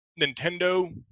Nintendo